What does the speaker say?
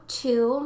two